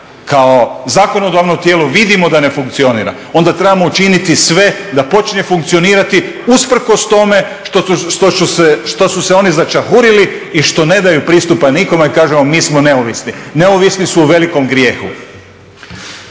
kao zakonodavno tijelo vidimo da ne funkcionira, onda trebamo učiniti sve da počinje funkcionirati usprkos tome što su se oni začahurili i što ne daju pristupa nikome i kažu mi smo neovisni. Neovisni su u velikom grijehu.